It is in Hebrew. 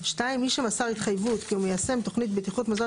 מי שמסר התחייבות כי הוא מיישם תוכנית בטיחות מזון